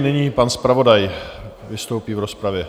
Nyní pan zpravodaj vystoupí v rozpravě.